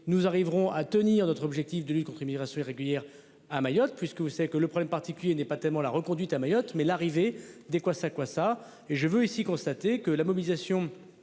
nous arriverons à tenir notre objectif de lutte contre immigration irrégulière à Mayotte, puisque vous savez que le problème particulier n'est pas tellement la reconduite à Mayotte. Mais l'arrivée des kwassa-kwassa et je veux ici constater que la mobilisation